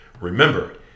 remember